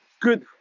good